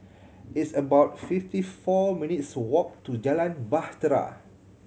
it's about fifty four minutes' walk to Jalan Bahtera